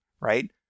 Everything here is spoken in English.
right